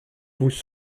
vous